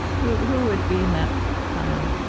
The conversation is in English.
who who would be in that pile?